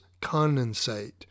condensate